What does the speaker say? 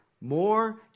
More